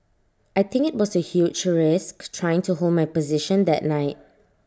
I think IT was A huge risk trying to hold my position that night